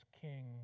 king